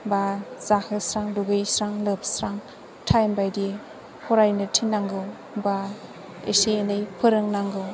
बा जाहोस्रां दुगैस्रां लोबस्रां टाइम बायदि फरायनो थिननांगौ बा एसे एनै फोरोंनांगौ